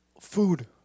food